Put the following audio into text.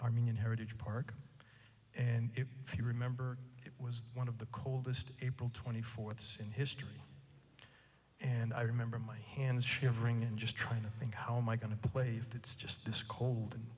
armenian heritage park and if you remember it was one of the coldest april twenty fourth in history and i remember my hands shivering and just trying to think how my going to play that it's just discolored and